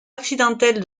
accidentelle